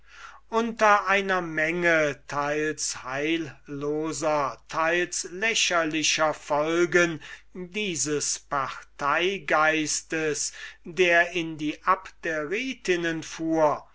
unter einer menge teils heilloser teils lächerlicher folgen dieses parteigeists der in die abderitinnen fuhr